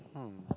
hmm